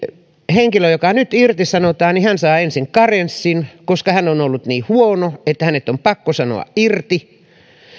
henkilö joka nyt irtisanotaan saa ensin karenssin koska hän ollut niin huono että hänet on pakko sanoa irti